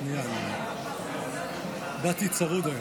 התשפ"ג 2022, לא אושרה והוסרה מסדר-היום.